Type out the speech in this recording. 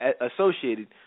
associated